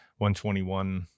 121